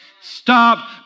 Stop